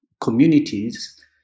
communities